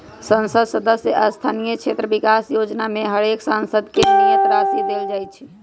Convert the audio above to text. संसद सदस्य स्थानीय क्षेत्र विकास जोजना में हरेक सांसद के नियत राशि देल जाइ छइ